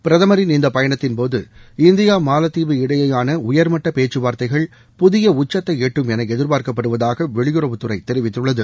பிரதமரின் இந்தப் பயணத்தின் போது இந்தியா மாலத்தீவு இடையேயான உயர்மட்ட பேச்சுவார்த்தைகள் புதிய உச்சத்தை எட்டும் என எதிர்பார்க்கப்படுவதாக வெளியுறவுத்துறை தெரிவித்துள்ளது